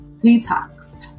detox